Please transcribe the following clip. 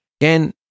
Again